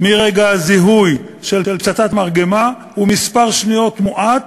מרגע הזיהוי של פצצת מרגמה הוא מספר שניות מועט.